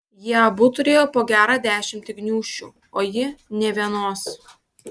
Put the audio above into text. jie abu turėjo po gerą dešimtį gniūžčių o ji nė vienos